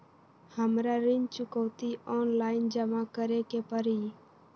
हमरा ऋण चुकौती ऑनलाइन जमा करे के परी?